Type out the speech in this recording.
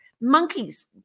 monkeys